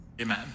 Amen